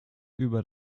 über